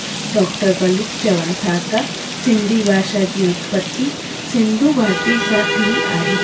doctor भलू चवनि था त सिंधी भाषा जी उत्पति सिंधु घाटी सां थी आहे